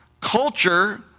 Culture